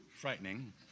frightening